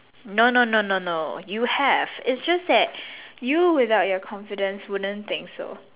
no no no no you have is just that you without your confidence wouldn't think so